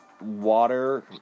water